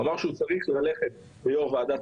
הוא אמר שהוא צריך ללכת ליושב ראש ועדת